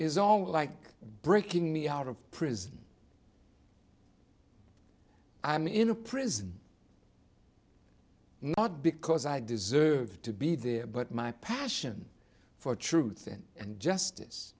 is all like breaking me out of prison i am in a prison not because i deserved to be there but my passion for truth and and justice